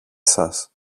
σας